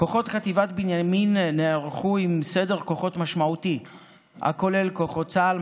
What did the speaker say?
כוחות חטיבת בנימין נערכו עם סדר כוחות משמעותי הכולל כוחות צה"ל,